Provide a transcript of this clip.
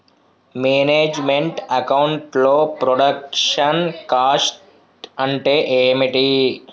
Manage meant account లో production cost అంటే ఏమిటి?